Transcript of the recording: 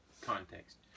context